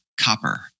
copper